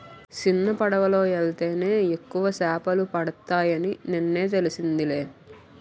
సిన్నపడవలో యెల్తేనే ఎక్కువ సేపలు పడతాయని నిన్నే తెలిసిందిలే